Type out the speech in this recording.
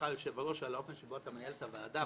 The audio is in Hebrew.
יושב-הראש על האופן שבו אתה מנהל את הוועדה,